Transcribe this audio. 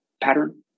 pattern